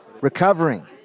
recovering